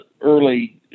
early